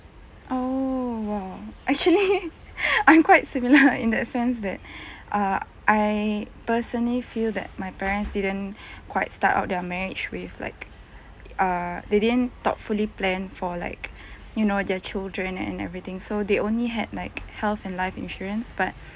oo !wah! actually I'm quite similar in that sense that err I personally feel that my parents didn't quite start out their marriage with like err they didn't thoughtfully plan for like you know their children and everything so they only had like health and life insurance but